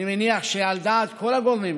אני מניח שעל דעת כל הגורמים,